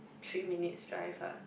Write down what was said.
three minutes drive ah